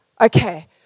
okay